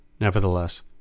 Nevertheless